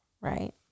Right